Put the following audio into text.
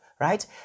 right